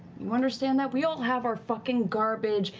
you understand that? we all have our fucking garbage,